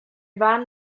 waren